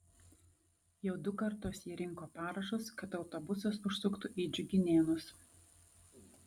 jau du kartus ji rinko parašus kad autobusas užsuktų į džiuginėnus